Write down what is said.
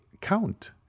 count